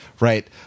Right